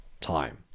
time